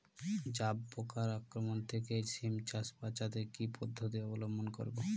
জাব পোকার আক্রমণ থেকে সিম চাষ বাচাতে কি পদ্ধতি অবলম্বন করব?